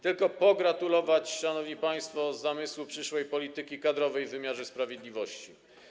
Tylko pogratulować, szanowni państwo, zamysłu przyszłej polityki kadrowej w wymiarze sprawiedliwości.